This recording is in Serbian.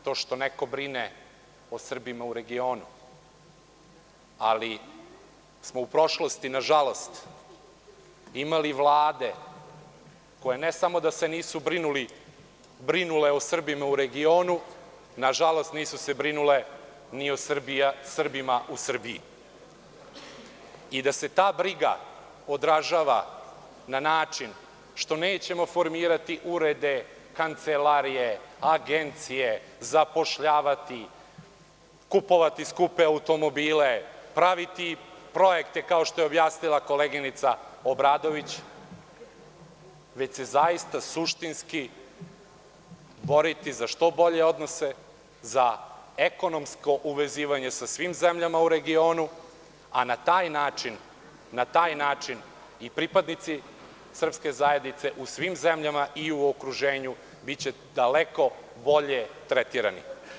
Cenim to što neko brine o Srbima u regionu, ali smo u prošlosti, nažalost, imali vlade koje ne samo da se nisu brinule o Srbima u regionu, nažalost, nisu se brinule ni o Srbima u Srbiji i da se ta briga odražava na način što nećemo formirati urede, kancelarije, agencije, zapošljavati, kupovati skupe automobile, praviti projekte kao što je objasnila koleginica Obradović, već se zaista suštinski boriti za što bolje odnose, za ekonomsko uvezivanje sa svim zemljama u regionu, a na taj način i pripadnici srpske zajednice u svim zemljama i u okruženju biće daleko bolje tretirani.